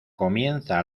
comienza